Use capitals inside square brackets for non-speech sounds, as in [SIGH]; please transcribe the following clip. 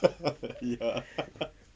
[LAUGHS] ya [LAUGHS]